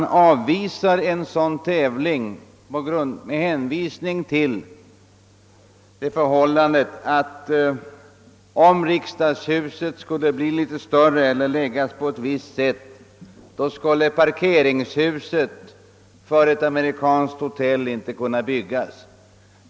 Tävlingen avvisas med hänvisning till det förhållandet att om parlamentshuset skulle bli litet större eller byggas på ett visst ställe skulle parkeringshuset för ett amerikanskt hotell inte kunna uppföras.